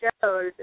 shows